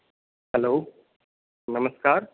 hello नमस्कार